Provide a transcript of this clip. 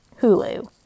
Hulu